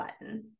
button